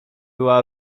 była